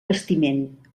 bastiment